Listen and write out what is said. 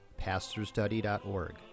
pastorstudy.org